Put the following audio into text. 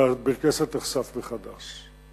ובית-הכנסת נחשף מחדש.